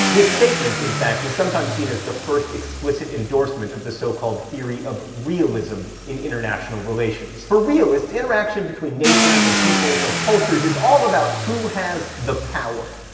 this statement, in fact, is sometimes seen as the first explicit endorsement of the so-called theory of realism in international relations. for realists, interaction between nations, or peoples, or cultures is all about who has the power.